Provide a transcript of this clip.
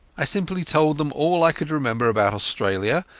i simply told them all i could remember about australia,